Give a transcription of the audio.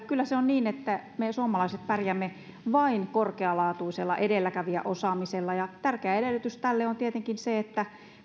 kyllä se on niin että me suomalaiset pärjäämme vain korkealaatuisella edelläkävijäosaamisella tärkeä edellytys tälle on tietenkin se että